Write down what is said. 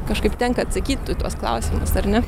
kažkaip tenka atsakyt į tuos klausimus ar ne